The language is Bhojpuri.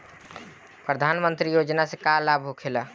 प्रधानमंत्री योजना से का लाभ होखेला?